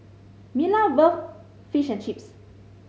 Fish and Chips